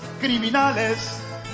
criminales